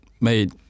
made